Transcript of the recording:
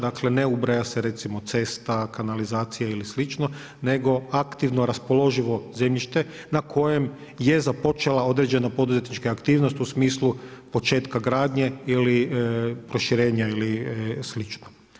Dakle, ne ubraja se recimo cesta, kanalizacija ili slično, nego aktivno raspoloživo zemljište na kojem je započela određena poduzetnička aktivnost u smislu početka gradnje ili proširenja ili slično.